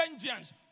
vengeance